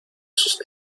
sus